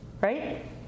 Right